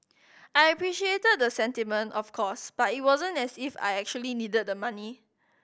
I appreciated the sentiment of course but it wasn't as if I actually needed the money